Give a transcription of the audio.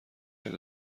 کرد